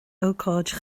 ócáid